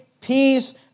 peace